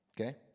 okay